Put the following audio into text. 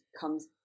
comes